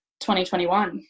2021